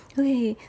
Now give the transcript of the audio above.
对